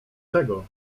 czego